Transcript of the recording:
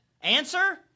Answer